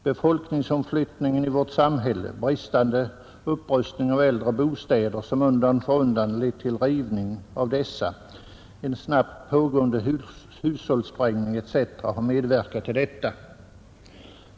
Befolkningsomflyttningen i vårt samhälle, bristande upprustning av äldre bostäder, som undan för undan lett till rivning av dessa, en snabbt pågående hushållssprängning etc. har medverkat till detta.